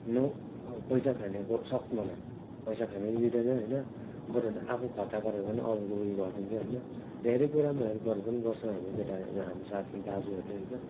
न पैसा खानेको सख्त मनाह पैसा खानै दिँदैन होइन बरुभन्दा आफू खर्च गरेर भए पनि अरूको उयो गरिदिन्छ होइन धेरै कुरामा हेल्पहरू पनि गर्छ हाम्रो केटाहरू हाम्रो साथी दाजुहरूले होइन